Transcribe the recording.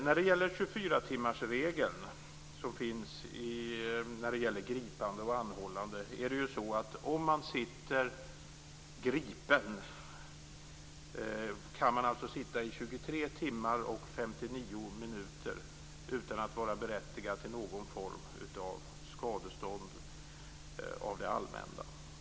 När det gäller 24-timmarsregeln och detta med gripande och anhållande är det ju så att den som sitter gripen kan sitta där i 23 timmar 59 minuter utan att vara berättigad till någon form av skadestånd från det allmänna.